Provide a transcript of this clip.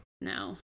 No